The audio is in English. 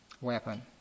weapon